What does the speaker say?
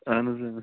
اہن حظ